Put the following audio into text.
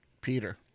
Peter